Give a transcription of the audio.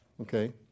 okay